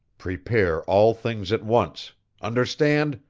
prepare all things at once understand,